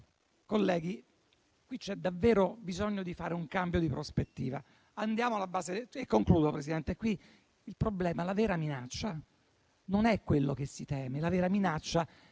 Colleghi, qui però c'è davvero bisogno di un cambio di prospettiva. Andiamo alla base e concludo, Presidente. Qui il problema e la vera minaccia non sono quello che si teme; la vera minaccia